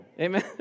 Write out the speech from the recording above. amen